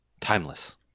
Timeless